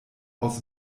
aus